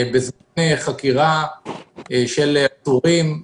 בזמן חקירה של עצורים,